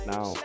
Now